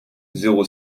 zéro